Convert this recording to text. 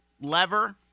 lever –